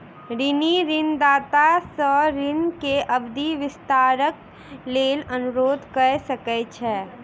ऋणी ऋणदाता सॅ ऋण के अवधि विस्तारक लेल अनुरोध कय सकै छै